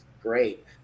great